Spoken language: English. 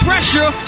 pressure